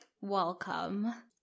Welcome